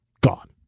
Gone